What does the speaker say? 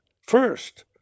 first